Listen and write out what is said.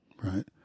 right